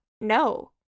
no